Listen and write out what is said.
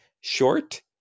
short